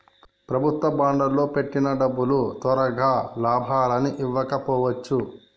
ప్రభుత్వ బాండ్లల్లో పెట్టిన డబ్బులు తొరగా లాభాలని ఇవ్వకపోవచ్చు